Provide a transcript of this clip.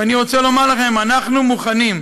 ואני רוצה לומר לכם, אנחנו מוכנים.